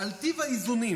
על טיב האיזונים.